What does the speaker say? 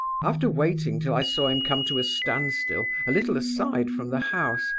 after waiting till i saw him come to a standstill, a little aside from the house,